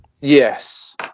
Yes